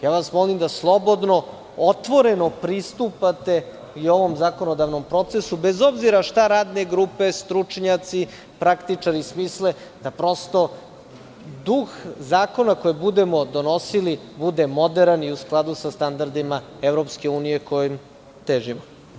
Ja vas molim da slobodno, otvoreno pristupate i ovom zakonodavnom procesu, bez obzira šta radne grupe, stručnjaci, praktičari smisle, da, prosto, duh zakona koje budemo donosili bude moderan i u skladu sa standardima EU, kojim težimo.